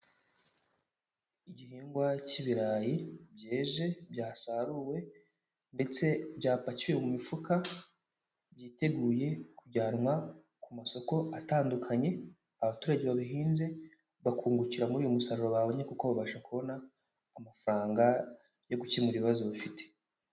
Igihingwa cy'ibirayi byeze byasaruwe ndetse byapakiwe mu mifuka byiteguye kujyanwa ku masoko atandukanye, abaturage babihinze bakungukira muri uyu musaruro babonye kuko babasha kubona amafaranga yo gukemura ibibazo bafite.